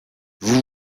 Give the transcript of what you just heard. vous